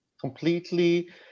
completely